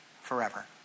forever